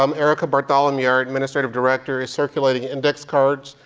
um erica bartholomew, our administrative director, is circulating index cards.